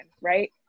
right